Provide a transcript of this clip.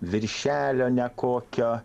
viršelio nekokio